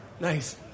Nice